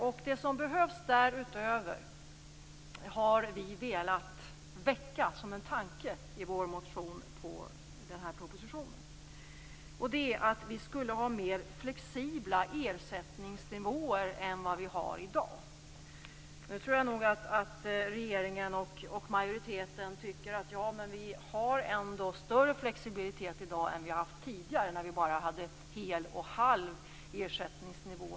Vi har velat väcka en tanke om vad som behövs därutöver i vår motion om denna proposition. Det gäller att vi skulle ha mer flexibla ersättningsnivåer än vad vi har i dag. Jag tror nog att regeringen och majoriteten tycker att vi ändå har större flexibilitet i dag än vad vi har haft tidigare, när vi bara hade hel och halv ersättning.